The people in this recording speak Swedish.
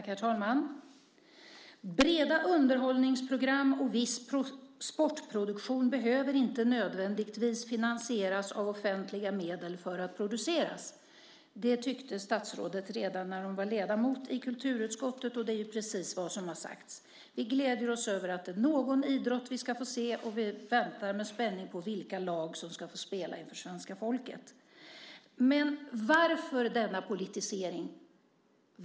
Herr talman! Breda underhållningsprogram och viss sportproduktion behöver inte nödvändigtvis finansieras av offentliga medel för att produceras. Det tyckte statsrådet redan när hon var ledamot i kulturutskottet, och det är precis vad som har sagts. Vi gläder oss över att vi ska få se någon idrott, och vi väntar med spänning på vilka lag som ska få spela inför svenska folket. Men varför denna politisering?